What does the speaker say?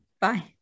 Bye